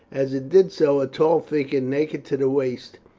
as it did so a tall figure, naked to the waist,